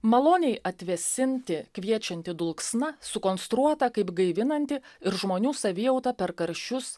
maloniai atvėsinti kviečianti dulksna sukonstruota kaip gaivinanti ir žmonių savijautą per karščius